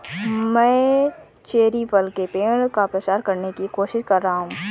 मैं चेरी फल के पेड़ का प्रसार करने की कोशिश कर रहा हूं